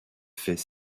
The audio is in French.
fait